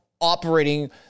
operating